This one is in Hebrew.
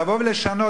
לבוא ולשנות,